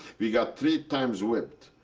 we got three times whipped.